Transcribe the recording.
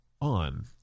on